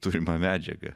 turimą medžiagą